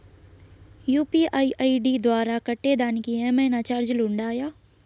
UPI ID ద్వారా కట్టేదానికి ఏమన్నా చార్జీలు ఉండాయా?